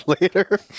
later